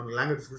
language